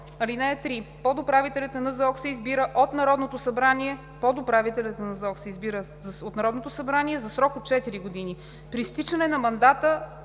НЗОК. (3) Подуправителят на НЗОК се избира от Народното събрание за срок от 4 години. При изтичане на мандата